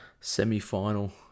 semi-final